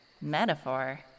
Metaphor